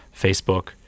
Facebook